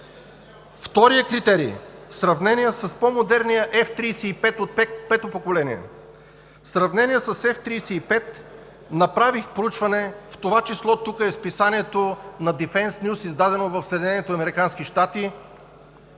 Вторият критерий. В сравнение с по-модерния F-35 от Пето поколение, в сравнение с F-16 – направих проучване, в това число тук е списанието на „Дифенс нюз“, издадено в